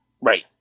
Right